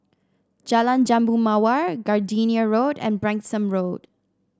Jalan Jambu Mawar Gardenia Road and Branksome Road